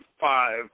five